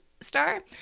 star